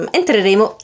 entreremo